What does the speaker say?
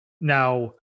now